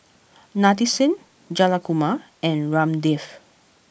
Nadesan Jayakumar and Ramdev